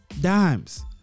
dimes